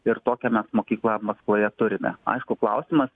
ir tokią mes mokyklą maskvoje turime aišku klausimas